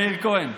מאיר כהן.